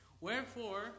Wherefore